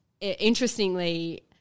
interestingly –